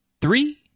three